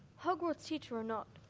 hogwarts teacher or not,